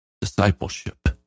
discipleship